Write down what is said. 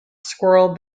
squirrel